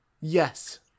yes